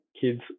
kids